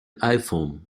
iphone